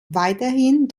weiterhin